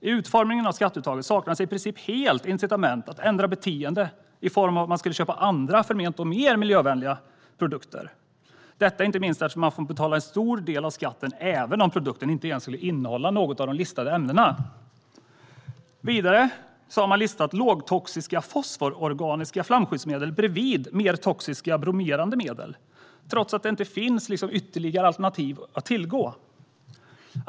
I utformningen av skatteuttaget saknas i princip helt incitament att ändra beteende i form av att köpa andra, och då förment mer miljövänliga, produkter - detta inte minst eftersom man får betala en stor del av skatten även om produkten inte ens innehåller något av de listade ämnena. Vidare har man listat lågtoxiska fosfororganiska flamskyddsmedel bredvid mer toxiska bromerade medel, trots att det inte finns andra alternativ att tillgå.